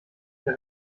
der